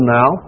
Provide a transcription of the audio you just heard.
now